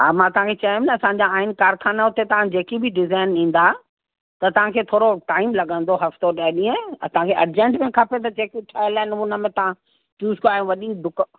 हा मां तव्हांखे चयुमि न असांजा आहिनि कारखानो उते तव्हां जेकी बि डिजाइन ॾींदा त तव्हांखे थोरो टाइम लॻंदो हफ़्तो ॾह ॾींहं ऐं तव्हांखे अर्जेंट में खपे जेकि ठहियल आहिनि उनमें तव्हां चूज़ कयो वॾी दुका